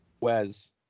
Wes